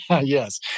Yes